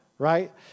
Right